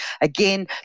again